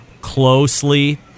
closely